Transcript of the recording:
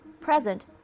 present